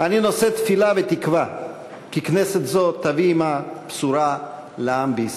אני נושא תפילה ותקווה שכנסת זו תביא עמה בשורה לעם בישראל.